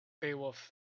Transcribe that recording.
beowulf